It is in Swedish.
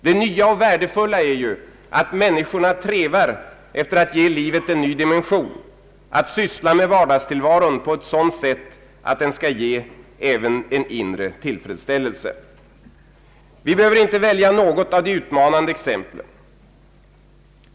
Det nya och värdefulla är ju att människorna trevar efter att ge livet en ny dimension, att syssla med vardagstillvaron på ett sådant sätt att den skall ge även en inre tillfredsställelse. Vi behöver inte välja något av de utmanande exemplen.